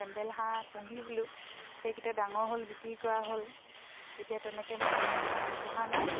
Campbell হাঁহ পুহিছিলোঁ সেইকেইটা ডাঙৰ হ'ল বিক্ৰী কৰা হ'ল এতিয়া তেনেকৈ মই পোহা নাই